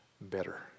better